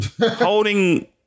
holding